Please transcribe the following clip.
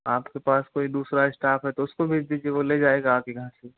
आपके पास कोई दूसरा स्टाफ़ है तो उसको भेज दीजिए वो लेजाएगा आके यहाँ से